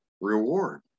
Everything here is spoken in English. reward